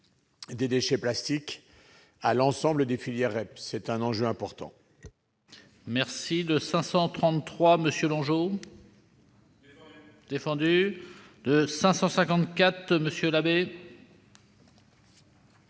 des déchets plastiques à l'ensemble des filières REP. C'est un enjeu important.